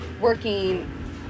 working